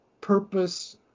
purpose